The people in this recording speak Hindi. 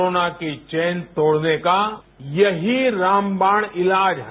कोरोना की चेन तोड़ने का यही रामवाण इलाज है